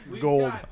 Gold